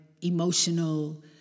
emotional